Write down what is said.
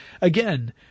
Again